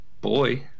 boy